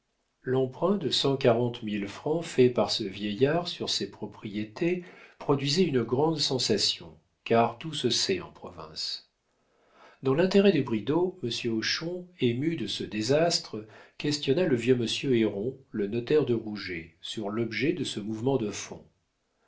l'emprunt de cent quarante mille francs fait par ce vieillard sur ses propriétés produisait une grande sensation car tout se sait en province dans l'intérêt des bridau monsieur hochon ému de ce désastre questionna le vieux monsieur héron le notaire de rouget sur l'objet de ce mouvement de fonds